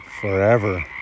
forever